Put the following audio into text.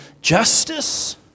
justice